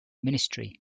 ministry